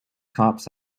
cops